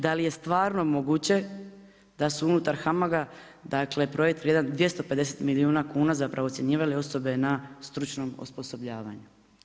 Da li je stvarno moguće, da su unutar HAMAG-a dakle, projekt vrijedan 250 milijuna kuna ocjenjivali osobe na stručnom osposobljavanju.